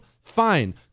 Fine